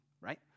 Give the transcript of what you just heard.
right